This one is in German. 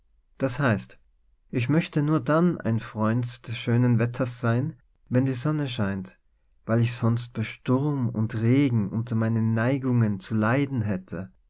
das heißt ich möchte nur dann ein freund des schönen wetters sein wenn die sonne scheint weil ich sonst bei sturm und regen unter meinen neigungen zu leiden hätte